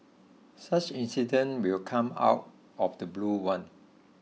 such incidents will come out of the blue one